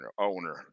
owner